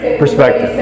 perspective